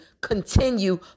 continue